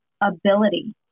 ability